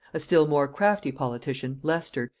a still more crafty politician, leicester,